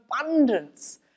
abundance